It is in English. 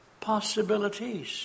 possibilities